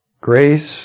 Grace